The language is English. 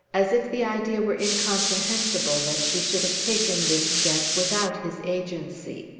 as if the idea were incomprehensible that she should have taken this step without his agency.